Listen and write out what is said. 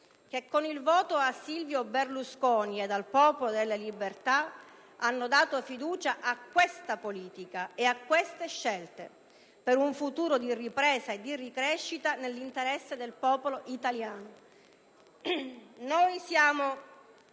che, con il voto a Silvio Berlusconi ed al Popolo della Libertà, hanno dato fiducia a questa politica e a queste scelte per un futuro di ripresa e di crescita nell'interesse del popolo italiano.